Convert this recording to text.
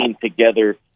together